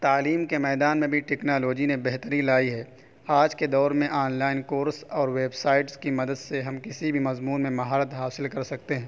تعلیم کے میدان میں بھی ٹیکنالوجی نے بہتری لائی ہے آج کے دور میں آنلائن کورس اور ویبسائٹس کی مدد سے ہم کسی بھی مضمون میں مہارت حاصل کر سکتے ہیں